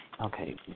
Okay